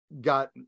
got